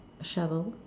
shovel